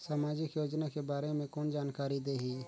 समाजिक योजना के बारे मे कोन जानकारी देही?